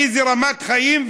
באיזה רמת חיים,